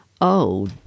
Oh